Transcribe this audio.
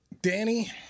Danny